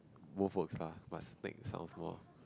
both works lah but snakes sound more